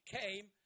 came